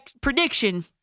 prediction